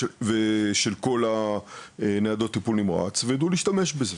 ושל כל הניידות טיפול נמרץ ושיידעו לטפל בזה.